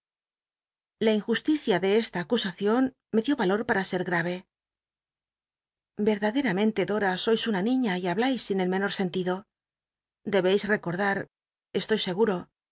la injusticia de esta acusacion me dió va lot para sct gra'e verclttderamenle dora sois una niña y hablais sin el menor sentido debéis recordar estoy seguro que